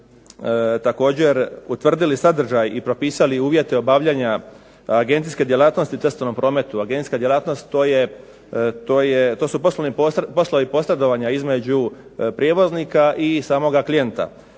također utvrdili sadržaj i propisali uvjete obavljanja agencijske djelatnosti u cestovnom prometu. Agencijska djelatnost to je, to su poslovi posredovanja između prijevoznika i samoga klijenta.